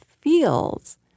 feels